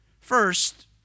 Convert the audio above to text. First